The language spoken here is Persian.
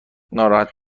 ناراحت